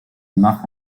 marque